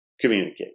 communicate